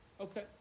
Okay